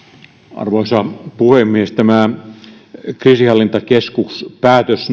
arvoisa puhemies tämä kriisinhallintakeskus päätös